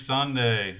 Sunday